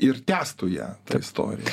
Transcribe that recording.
ir tęstų ją tą istoriją